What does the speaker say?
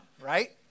right